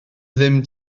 ddim